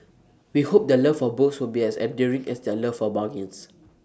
we hope their love for books will be as enduring as their love for bargains